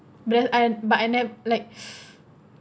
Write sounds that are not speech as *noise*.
brand I but I never like *breath*